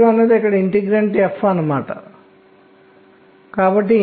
వ్యత్యాసం 8 క్రమానుగతంగా స్వభావంను మారుస్తుంది